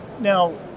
Now